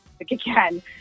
again